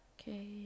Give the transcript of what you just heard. Okay